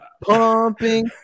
Pumping